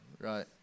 right